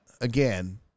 Again